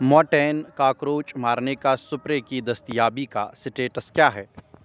Mortein cockroach مارنے کا spray کی دستیابی کا سٹیٹس کیا ہے